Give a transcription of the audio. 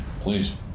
Please